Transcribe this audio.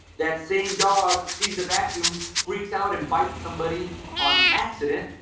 that same dog sees the vacuum, freaks out and bites somebody on accident,